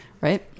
Right